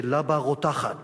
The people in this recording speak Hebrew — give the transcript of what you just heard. כשלבה רותחת,